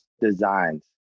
designs